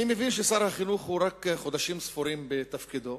אני מבין ששר החינוך מכהן רק חודשים ספורים בתפקידו,